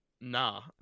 Nah